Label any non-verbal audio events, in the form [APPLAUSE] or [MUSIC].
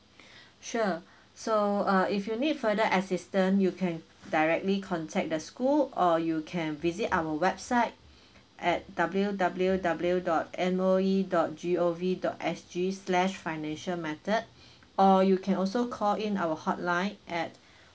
[BREATH] sure so uh if you need further assistant you can directly contact the school or you can visit our website at W W W dot M O E dot G O V dot S G slash financial matter [BREATH] or you can also call in our hotline at [BREATH]